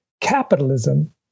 capitalism